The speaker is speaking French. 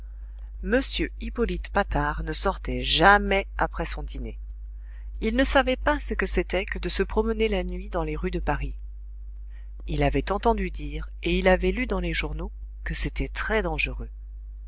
m hippolyte patard ne sortait jamais après son dîner il ne savait pas ce que c'était que de se promener la nuit dans les rues de paris il avait entendu dire et il avait lu dans les journaux que c'était très dangereux